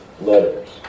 letters